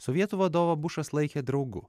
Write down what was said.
sovietų vadovą bušas laikė draugu